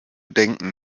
denken